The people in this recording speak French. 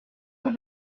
dix